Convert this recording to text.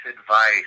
advice